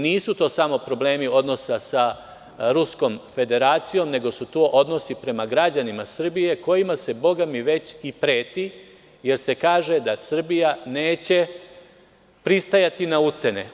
Nisu to samo problemi odnosa sa Ruskom Federacijom, nego su to odnosi prema građanima Srbije, kojima se, bogami, već i preti, jer se kaže da Srbija neće pristajati na ucene.